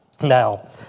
now